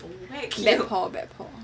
bad pour bad pour